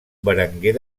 berenguer